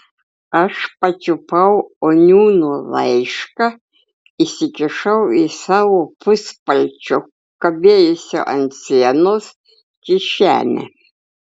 aš pačiupau oniūno laišką įsikišau į savo puspalčio kabėjusio ant sienos kišenę